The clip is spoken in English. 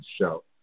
show